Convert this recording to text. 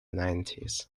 nineties